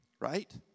Right